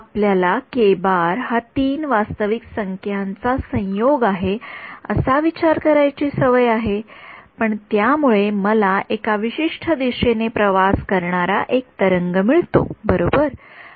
आपल्याला हा तीन वास्तविक संख्यांचा संयोग आहे असा विचार करण्याची सवय आहे आणि यामुळे मला एका विशिष्ट दिशेने प्रवास करणारा एक तरंग मिळतो बरोबर